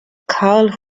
karl